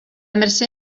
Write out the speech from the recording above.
mercè